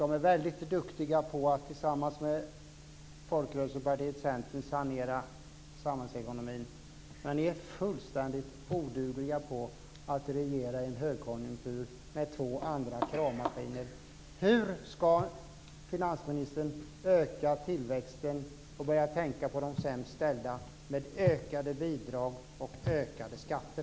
Ni är duktiga på att tillsammans med folkrörelsepartiet Centern sanera samhällsekonomin. Men ni är fullständigt odugliga på att regera i högkonjunktur med två andra kravmaskiner. Hur ska finansministern öka tillväxten och börja tänka på de sämst ställda med ökade bidrag och ökade skatter?